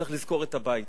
וצריך לזכור את הבית,